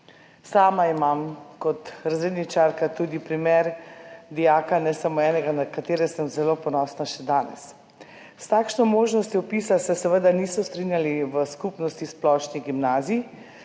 Sama imam kot razredničarka tudi primer dijaka, ne samo enega, na katere sem še danes zelo ponosna. S takšno možnostjo vpisa se seveda niso strinjali v Skupnosti splošnih gimnazij,